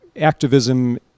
activism